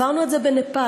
עברנו את זה בנפאל,